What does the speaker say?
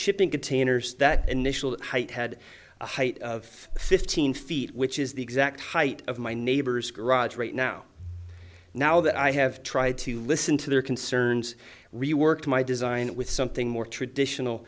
shipping containers that initial height had the height of fifteen feet which is the exact height of my neighbor's garage right now now that i have tried to listen to their concerns reworked my design with something more traditional